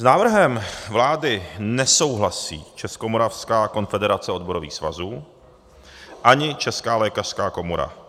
S návrhem vlády nesouhlasí Českomoravská konfederace odborových svazů ani Česká lékařská komora.